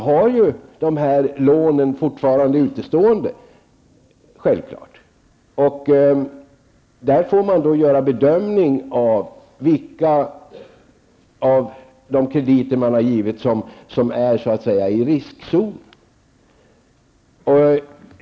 Självklart har man fortfarande dessa lån utestående. Banken får göra en bedömning av vilka de krediter som har givits som är i riskzonen.